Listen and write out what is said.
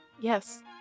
yes